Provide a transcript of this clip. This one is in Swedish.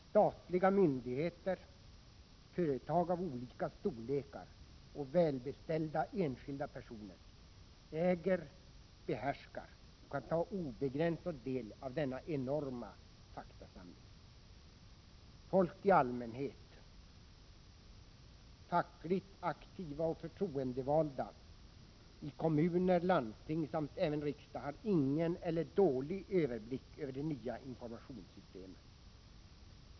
Statliga myndigheter, företag av olika storlekar och välbeställda enskilda personer äger, behärskar och kan ta obegränsad del av denna enorma faktasamling. Folk i allmänhet, fackligt aktiva och förtroendevalda i kommuner, landsting samt även riksdag har ingen eller dålig överblick över de nya informationssystemen.